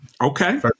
Okay